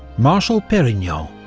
marshal perignon.